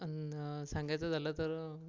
आणि सांगायचं झालं तर